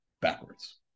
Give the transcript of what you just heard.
backwards